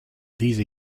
these